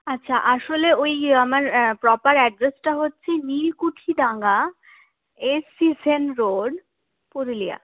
আচ্ছা আসলে ওই আমার প্রপার অ্যাড্রেসটা হচ্ছে Nilkuthi Danga S C Sen road Purulia